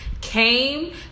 came